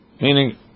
meaning